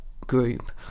group